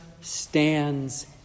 stands